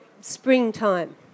springtime